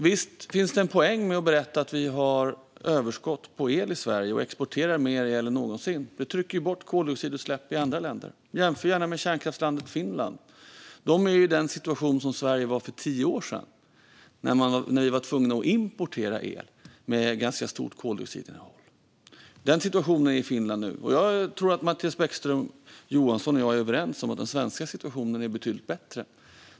Visst finns det en poäng med att berätta att vi har överskott på el i Sverige och exporterar mer el än någonsin. Detta trycker ju bort koldioxidutsläpp i andra länder. Jämför gärna med kärnkraftslandet Finland - de är i den situation som vi i Sverige var i för tio år sedan, när vi var tvungna att importera el med ganska stort koldioxidinnehåll. Denna situation är Finland i nu, och jag tror att Mattias Bäckström Johansson och jag är överens om att den svenska situationen är betydligt bättre.